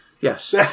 Yes